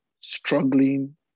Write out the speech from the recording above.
struggling